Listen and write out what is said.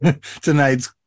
tonight's